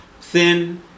thin